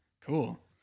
Cool